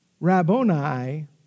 Rabboni